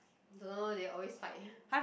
don't know they always fight